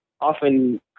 often